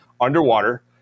underwater